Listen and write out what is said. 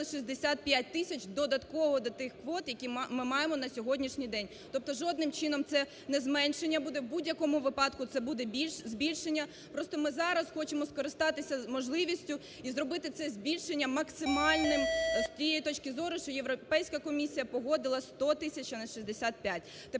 65 тисяч додатково до тих квот, які ми маємо на сьогоднішній день. Тобто жодним чином це не зменшення буде, в будь-якому випадку це буде збільшення. Просто ми зараз хочемо скористатися можливістю і зробити це збільшенням максимальним з тієї точки зору, що Європейська комісія погодила 100 тисяч, а не 65.